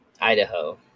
Idaho